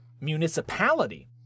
municipality